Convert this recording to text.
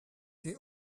they